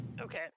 Okay